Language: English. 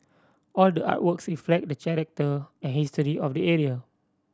all the artworks reflect the character and history of the area